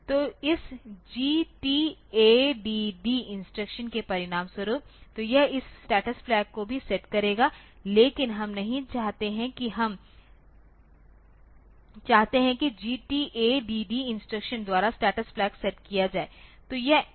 तो इस GTADD instruction के परिणामस्वरूप तो यह इस स्टेटस फ्लैग को भी सेट करेगा लेकिन हम नहीं चाहते हैं कि हम चाहते हैं कि GTADD इंस्ट्रक्शन द्वारा स्टेटस फ्लैग सेट किया जाए